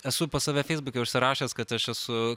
esu pas save feisbuke užsirašęs kad aš esu